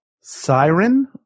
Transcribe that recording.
Siren